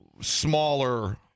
smaller